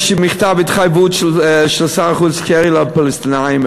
יש מכתב התחייבות של שר החוץ קרי לפלסטינים,